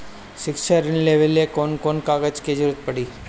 शिक्षा ऋण लेवेला कौन कौन कागज के जरुरत पड़ी?